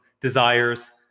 desires